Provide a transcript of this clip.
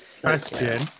Question